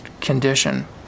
condition